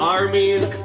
armies